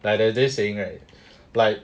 ya there was this saying like